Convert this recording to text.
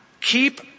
keep